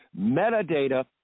Metadata